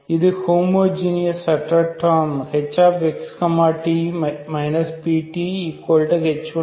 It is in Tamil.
இது ஹோமோஜீனியஸ் அற்ற term hx t pth1x t